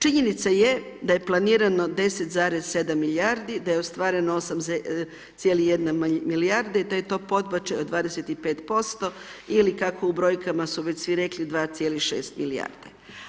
Činjenica je da je planirano 10,7 milijardi, da je ostvareno 8,1 milijarda i da je to podbačaj od 25% ili kako u brojkama su već svi rekli 2,6 milijarde.